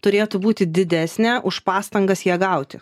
turėtų būti didesnė už pastangas ją gauti